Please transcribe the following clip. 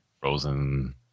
frozen